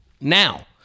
Now